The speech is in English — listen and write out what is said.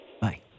Bye